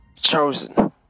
chosen